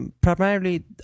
primarily